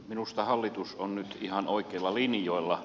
minusta hallitus on nyt ihan oikeilla linjoilla